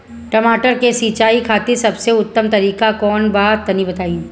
टमाटर के सिंचाई खातिर सबसे उत्तम तरीका कौंन बा तनि बताई?